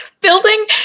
building